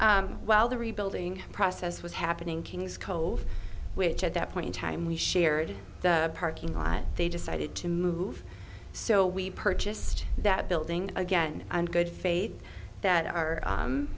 well the rebuilding process was happening king's cold which at that point in time we shared the parking lot they decided to move so we purchased that building again and good faith that